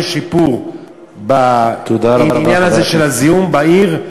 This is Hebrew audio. יש שיפור בעניין הזה של הזיהום בעיר,